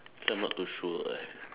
this one not too sure eh